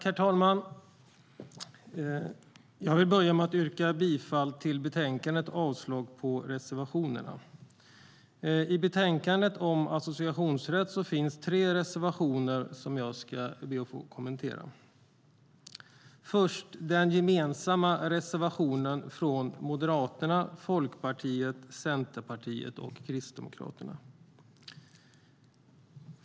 Herr talman! Jag yrkar bifall till förslaget i betänkandet och avslag på reservationerna. I betänkandet om associationsrätt finns tre reservationer som jag ska kommentera. Först ut är den gemensamma reservationen från Moderaterna, Folkpartiet, Centerpartiet och Kristdemokraterna.